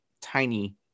tiny